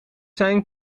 zijn